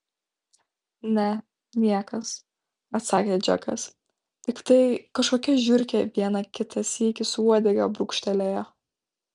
ne niekas atsakė džekas tiktai kažkokia žiurkė vieną kitą sykį su uodega brūkštelėjo